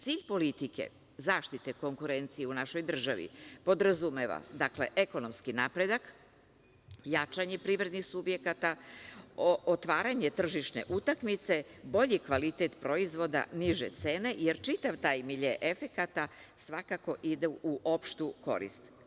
Cilj politike zaštite konkurencije u našoj državi podrazumeva ekonomski napredak, jačanje privrednih subjekata, otvaranje tržišne utakmice, bolji kvalitet proizvoda, niže cene, jer čitav taj milje efekata svakako ide u opštu korist.